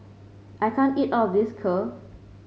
I can't eat all of this Kheer